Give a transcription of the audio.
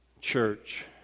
Church